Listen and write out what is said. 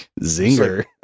Zinger